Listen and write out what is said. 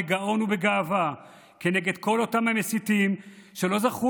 בגאון ובגאווה כנגד כל אותם המסיתים שלא זכו